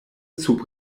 sub